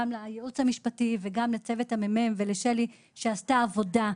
גם לייעוץ המשפטי וגם לצוות הממ"מ ולשלי לוי שעשתה עבודה.